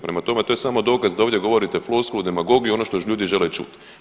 Prema tome to je samo dokaz da ovdje govorite floskulu, demagogiju, ono što ljudi žele čuti.